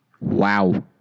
Wow